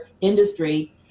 industry